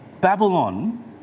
Babylon